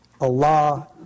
Allah